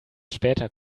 später